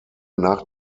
nach